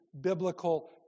biblical